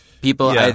People